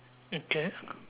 okay